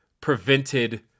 prevented